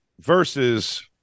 versus